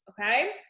okay